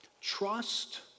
trust